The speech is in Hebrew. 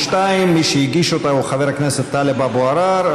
ומי שהגיש אותה הוא חבר הכנסת טלב אבו עראר.